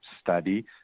study